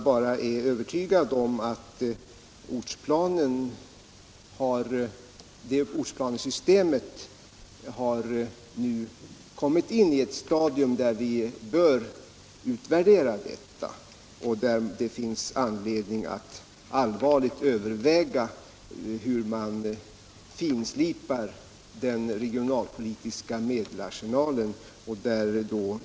Jag är övertygad om att ortsplanesystemet nu har kommit in i ett stadium där vi bör utvärdera det. Det finns anledning att allvarligt överväga hur man skall finslipa den re — Samordnad gionalpolitiska medelsarsenalen.